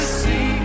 see